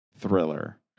thriller